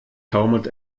taumelt